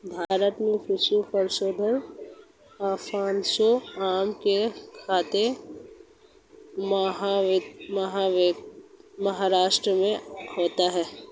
भारत में विश्व प्रसिद्ध अल्फांसो आम की खेती महाराष्ट्र में होती है